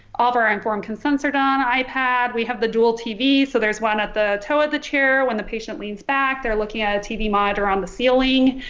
all very informed consent cert on ipad we have the dual tv so there's one at the toe of the chair when the patient leans back they're looking at a tv monitor on the ceiling.